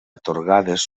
atorgades